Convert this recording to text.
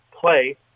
play